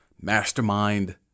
mastermind